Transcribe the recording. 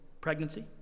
pregnancy